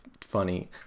funny